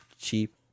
cheap